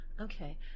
Okay